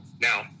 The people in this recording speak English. Now